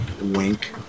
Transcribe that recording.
Wink